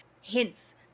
hints